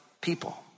people